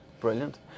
Brilliant